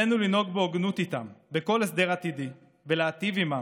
עלינו לנהוג בהוגנות איתם בכל הסדר עתידי ולהיטיב עימם,